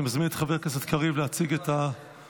אני מזמין את חבר הכנסת קריב להציג את ההצעה.